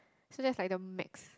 so that's like the max